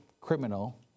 criminal